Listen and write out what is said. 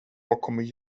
kommer